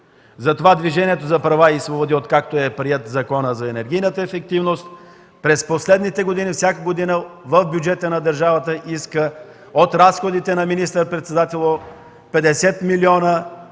Затова Движението за права и свободи откакто е приет Законът за енергийната ефективност, през последните години всяка година иска в бюджета на държавата от разходите на министър-председателя 50 млн.